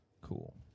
Cool